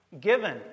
given